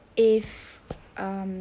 if um